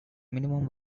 minimum